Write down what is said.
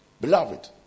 Beloved